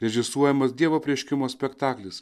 režisuojamas dievo apreiškimo spektaklis